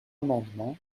amendement